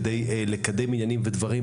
כדי לקדם עניינים ודברים.